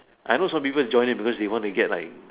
I know some people is joining because they want to get like it